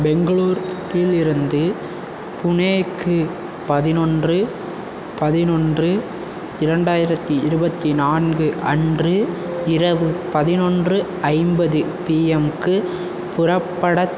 பெங்களூரில் இருந்து புனேக்கு பதினொன்று பதினொன்று இரண்டாயிரத்தி இருபத்தி நான்கு அன்று இரவு பதினொன்று ஐம்பது பிஎம்க்கு புறப்பட